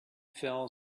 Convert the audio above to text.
fell